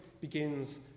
begins